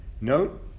Note